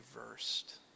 reversed